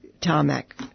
tarmac